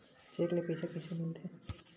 Cheque ले पईसा कइसे मिलथे?